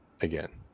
again